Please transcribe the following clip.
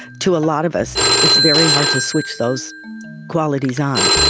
to a lot of us it's very hard to switch those qualities on.